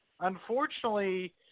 unfortunately